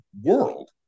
world